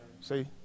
See